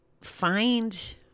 find